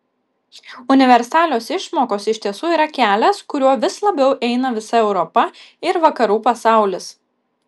universalios išmokos iš tiesų yra kelias kuriuo vis labiau eina visa europa ir vakarų pasaulis